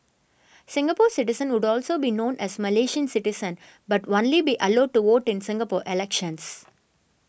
Singapore citizens would also be known as Malaysian citizens but only be allowed to vote in Singapore elections